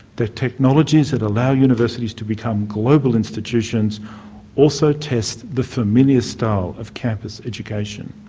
the technologies that allow universities to become global institutions also test the familiar style of campus education.